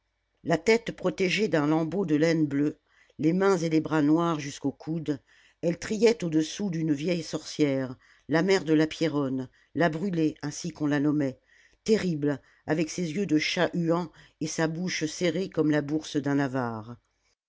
la tête protégée d'un lambeau de laine bleue les mains et les bras noirs jusqu'aux coudes elle triait au-dessous d'une vieille sorcière la mère de la pierronne la brûlé ainsi qu'on la nommait terrible avec ses yeux de chat-huant et sa bouche serrée comme la bourse d'un avare